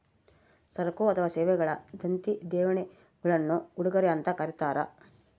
ಸರಕು ಅಥವಾ ಸೇವೆಗಳ ದತ್ತಿ ದೇಣಿಗೆಗುಳ್ನ ಉಡುಗೊರೆ ಅಂತ ಕರೀತಾರ